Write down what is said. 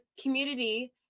community